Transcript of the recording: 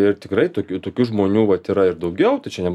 ir tikrai tokių tokių žmonių vat yra ir daugiau tai čia